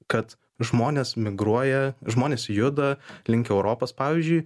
kad žmonės migruoja žmonės juda link europos pavyzdžiui